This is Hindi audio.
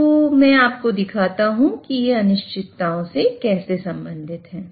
तो मैं आपको दिखाता हूं कि ये अनिश्चितताओं से कैसे संबंधित हैं